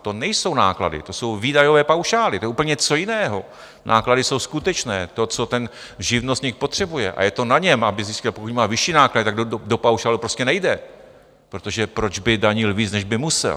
To nejsou náklady, to jsou výdajové paušály, to je úplně něco jiného, náklady jsou skutečné, to, co ten živnostník potřebuje, a je to na něm, aby zjistil, pokud má vyšší náklady, tak do paušálu prostě nejde, protože proč by danil víc, než by musel.